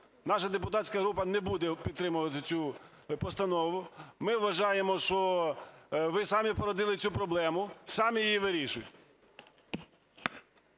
Наша депутатська група не буде підтримувати цю постанову. Ми вважаємо, що ви самі породили цю проблему, самі її і вирішуйте.